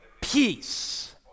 peace